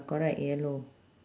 correct yellow